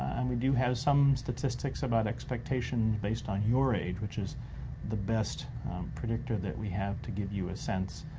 and we do have some statistics about expectations based on your age, which is the best predictor that we have to give you a sense.